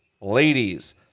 ladies